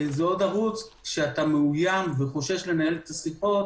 זה עוד ערוץ כשאתה מאוים וחושש לנהל את השיחות